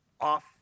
off